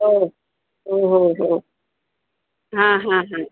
हो हो हो हो हां हां हां